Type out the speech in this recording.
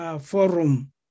forum